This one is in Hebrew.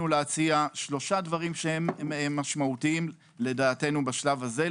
להציע שלושה דברים משמעותיים לדעתנו בשלב הזה.